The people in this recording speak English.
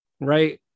right